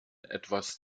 etwas